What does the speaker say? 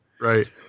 Right